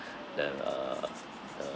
the uh